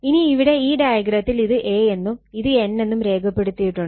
ഇനി ഇവിടെ ഈ ഡയഗ്രത്തിൽ ഇത് a എന്നും ഇത് n എന്നും രേഖപ്പെടുത്തിയിട്ടുണ്ട്